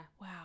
wow